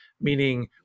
meaning